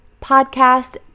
podcast